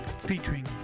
featuring